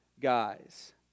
guys